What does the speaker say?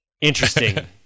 Interesting